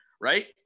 Right